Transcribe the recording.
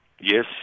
Yes